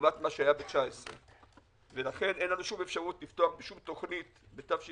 לעומת 2019. לכן אין לנו אפשרות לפתוח בשום תוכנית בתשפ"א,